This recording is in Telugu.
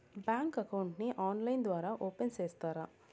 బ్యాంకు అకౌంట్ ని ఆన్లైన్ ద్వారా ఓపెన్ సేస్తారా?